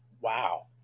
Wow